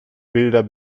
bilder